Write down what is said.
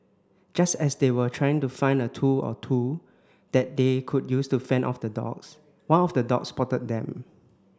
just as they were trying to find a tool or two that they could use to fend off the dogs one of the dogs spotted them